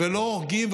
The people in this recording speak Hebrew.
ולא הורגים,